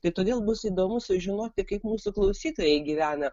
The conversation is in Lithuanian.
tai todėl bus įdomu sužinoti kaip mūsų klausytojai gyvena